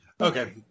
Okay